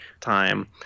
time